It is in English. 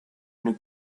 new